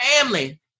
family